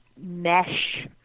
Mesh